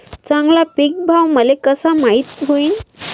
चांगला पीक भाव मले कसा माइत होईन?